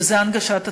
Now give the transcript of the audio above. שזה הנגשת הצדק,